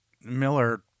Miller